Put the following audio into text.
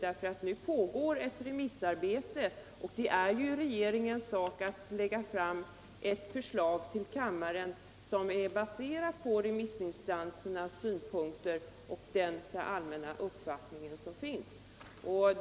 Nu pågår nämligen ett remissarbete, och det är sedan regeringens sak att lägga fram ett enigt förslag till kammaren som är baserat på remissinstansernas synpunkter och den allmänna uppfattning som finns.